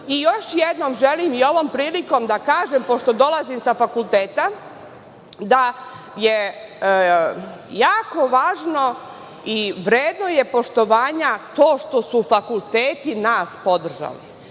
još jednom želim i ovom prilikom da kažem, pošto dolazim sa fakulteta, da je jako važno i vredno je poštovanja to što su fakulteti nas podržali,